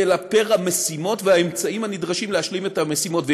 אלא לפי המשימות והאמצעים הנדרשים להשלים את המשימות.